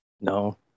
No